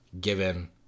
given